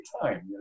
time